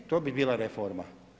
E, to bi bila reforma.